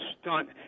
stunt